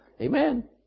Amen